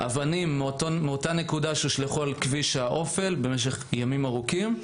אבנים מאותה נקודה הושלכו על כביש האופל במשך ימים ארוכים.